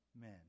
men